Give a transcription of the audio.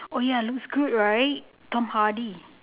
oh ya looks good right tom hardy